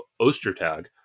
Ostertag